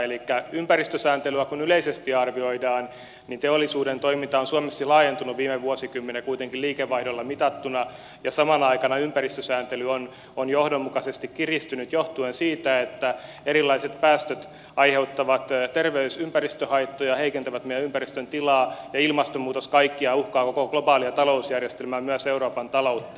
elikkä ympäristösääntelyä kun yleisesti arvioidaan niin teollisuuden toiminta on suomessa laajentunut viime vuosikymmeninä kuitenkin liikevaihdolla mitattuna ja samana aikana ympäristösääntely on johdonmukaisesti kiristynyt johtuen siitä että erilaiset päästöt aiheuttavat terveys ja ympäristöhaittoja heikentävät meidän ympäristön tilaa ja ilmastonmuutos kaikkiaan uhkaa koko globaalia talousjärjestelmää myös euroopan taloutta